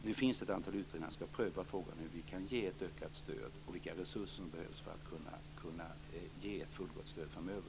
Nu finns det ett antal utredningar som skall pröva frågorna hur vi kan ge ett ökat stöd och vilka resurser som behövs för att vi skall kunna ge ett fullgott stöd framöver.